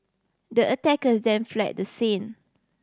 the attackers then fled the scene